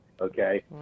okay